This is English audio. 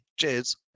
Cheers